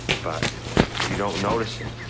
but you don't notice it.